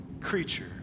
creature